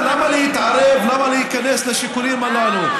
להתערב, למה להיכנס לשיקולים הללו?